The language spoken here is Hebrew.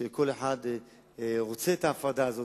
שכל אחד רוצה את ההפרדה הזאת.